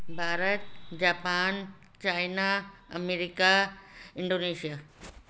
Bharat Japan China America Indonesia